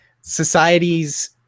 Societies